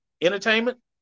entertainment